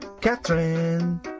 Catherine